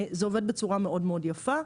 זה עובד בצורה מאוד יפה.